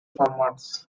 formats